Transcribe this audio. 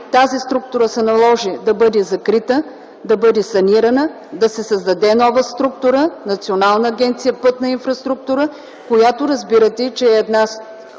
Тази структура се наложи да бъде закрита, да бъде санирана, да се създаде нова структура – Национална агенция „Пътна инфраструктура”, която разбирате, че е една